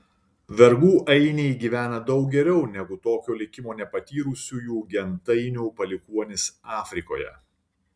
vergų ainiai gyvena daug geriau negu tokio likimo nepatyrusiųjų gentainių palikuonys afrikoje